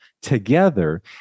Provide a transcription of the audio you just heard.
together